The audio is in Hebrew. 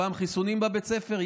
פעם חיסונים בבית ספר,